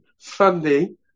funding